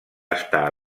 estar